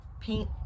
paint